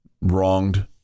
wronged